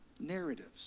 narratives